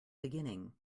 beginning